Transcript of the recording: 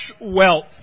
wealth